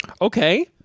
okay